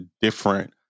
different